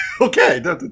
Okay